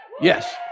Yes